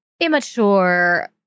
immature